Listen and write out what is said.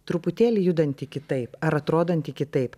truputėlį judantį kitaip ar atrodantį kitaip